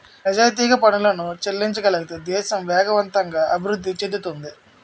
నిజాయితీగా పనులను చెల్లించగలిగితే దేశం వేగవంతంగా అభివృద్ధి చెందుతుంది